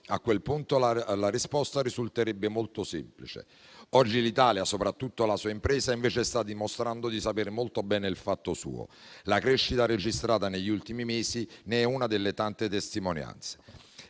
A quel punto la risposta risulterebbe molto semplice. Oggi l'Italia e soprattutto la sua impresa sta invece dimostrando di sapere molto bene il fatto suo; la crescita registrata negli ultimi mesi ne è una delle tante testimonianze.